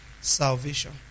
salvation